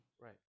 Right